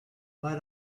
but